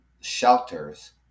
shelters